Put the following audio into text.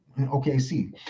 OKC